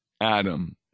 Adam